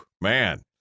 man